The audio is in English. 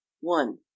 One